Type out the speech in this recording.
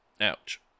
Ouch